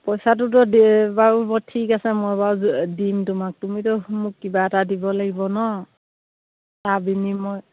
পইচাটোতো দি বাৰু মই ঠিক আছে মই বাৰু দিম তোমাক তুমিতো মোক কিবা এটা দিব লাগিব ন তাৰ বিনিময়ত